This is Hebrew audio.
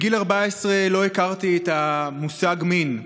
בגיל 14 לא הכרתי את המושג מין,